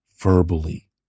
verbally